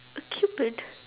a cupid